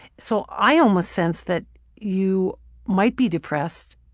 so i almost sense that you might be depressed,